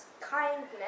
kindness